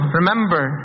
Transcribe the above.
remember